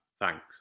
thanks